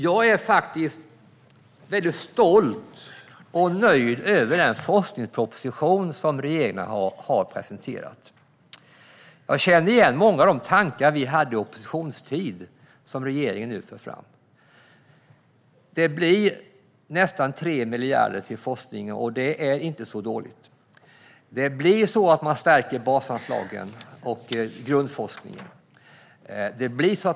Jag är faktiskt väldigt stolt och nöjd över den forskningsproposition som regeringen har presenterat. Många av de tankar som regeringen nu för fram hade vi i opposition. Det blir nästan 3 miljarder till forskningen, och det är inte så dåligt. Man stärker basanslagen och grundforskningen.